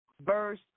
verse